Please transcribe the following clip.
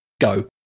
go